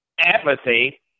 apathy